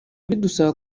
bidusaba